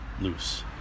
Loose